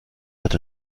hat